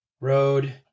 road